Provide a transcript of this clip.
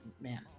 man